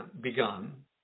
begun